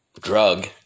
drug